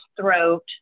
throat